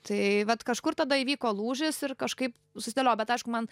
tai vat kažkur tada įvyko lūžis ir kažkaip susidėliojo bet aišku man